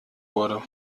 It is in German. wurde